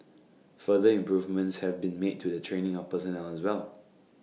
further improvements have been made to the training of personnel as well